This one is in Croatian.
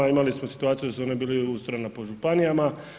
Imali smo situaciju da su one bile ustrojene po županijama.